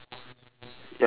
white or green